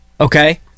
okay